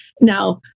Now